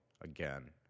again